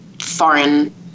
foreign